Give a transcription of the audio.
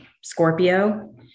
Scorpio